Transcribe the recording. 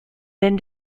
then